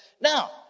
Now